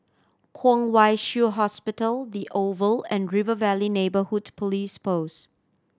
Kwong Wai Shiu Hospital The Oval and River Valley Neighbourhood Police Post